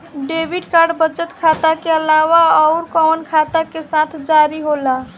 Debit card बचत खाता के अलावा अउरकवन खाता के साथ जारी होला?